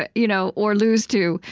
but you know or lose to,